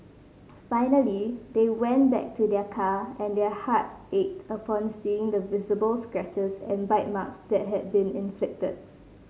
finally they went back to their car and their hearts ached upon seeing the visible scratches and bite marks that had been inflicted